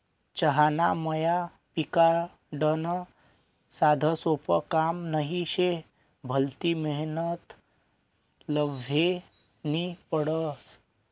चहाना मया पिकाडनं साधंसोपं काम नही शे, भलती मेहनत ल्हेनी पडस